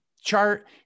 chart